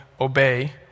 obey